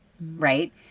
right